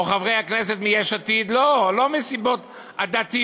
או חברי הכנסת מיש עתיד, לא, לא מסיבות עדתיות,